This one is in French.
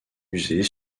user